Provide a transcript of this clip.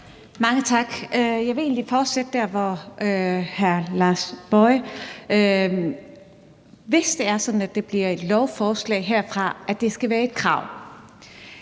Mange tak. Jeg vil egentlig fortsætte der, hvor hr. Lars Boje Mathiesen slap. Hvis det er sådan, at det bliver et lovforslag herfra, at det skal være et krav,